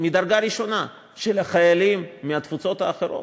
מדרגה ראשונה של חיילים מהתפוצות האחרות?